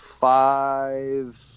five